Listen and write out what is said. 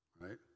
right